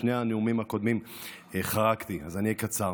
בשני הנאומים הקודמים חרגתי, אז אני אהיה קצר,